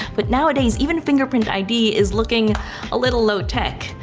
but nowadays, even fingerprint id is looking a little low-tech.